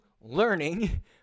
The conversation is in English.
learning